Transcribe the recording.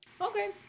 Okay